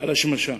על השמשה.